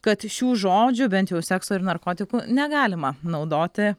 kad šių žodžių bent jau sekso ir narkotikų negalima naudoti